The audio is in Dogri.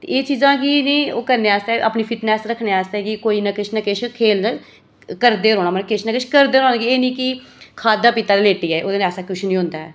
ते एह् चीजां अपनी एह् करने आस्तै अपनी फिटनैस रखने आस्तै कोई न किश न किश खेढ करदे गै रौह्ना मतलब किश न किश रौंह्ना एह् निं कि खाद्धा पीता ते लेटी गे ओह्दे नै ऐसा किश निं होंदा ऐ